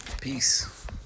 Peace